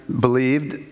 believed